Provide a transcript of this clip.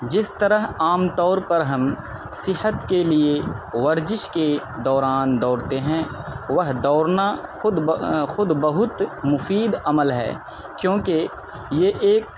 جس طرح عام طور پر ہم صحت کے لیے ورزش کے دوران دوڑتے ہیں وہ دوڑنا خود بہت مفید عمل ہے کیوںکہ یہ ایک